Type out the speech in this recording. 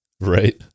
right